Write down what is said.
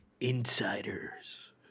Insiders